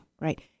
Right